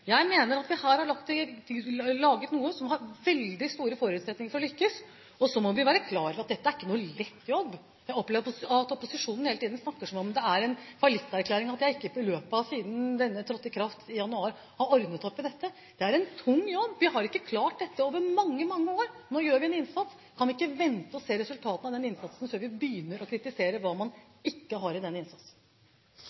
Jeg mener at vi her har laget noe som har veldig store forutsetninger for å lykkes. Så må vi være klar over at dette ikke er noen lett jobb. Jeg opplever at opposisjonen hele tiden snakker som om det er en fallitterklæring at jeg ikke har ordnet opp i dette siden denne jobbstrategien trådte i kraft i januar. Det er en tung jobb. Vi har ikke klart dette over mange, mange år. Nå gjør vi en innsats. Kan vi ikke vente og se resultatet før vi begynner å kritisere hva man